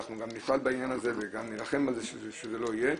אנחנו גם נפעל בעניין הזה וגם נילחם על זה שזה לא יהיה.